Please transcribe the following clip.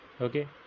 Okay